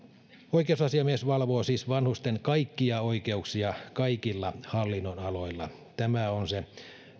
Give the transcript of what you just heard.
oikeusasiamies valvoo siis vanhusten kaikkia oikeuksia kaikilla hallinnonaloilla tämä on se